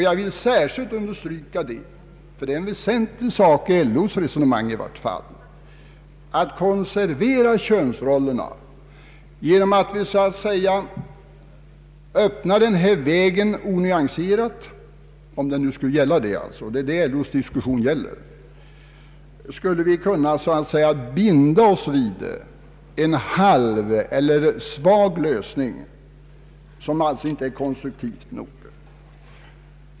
Jag vill också understryka ett väsentligt led i LO:s resonemang, nämligen att vi även riskerar att konservera könsrollerna genom att onyanserat öppna denna väg, vilket LO:s diskussion gäller. Härigenom skulle vi kunna binda oss vid en halv eller svag lösning, som alltså inte är konstruktiv nog.